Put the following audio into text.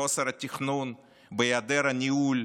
בחוסר התכנון, בהיעדר הניהול.